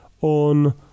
on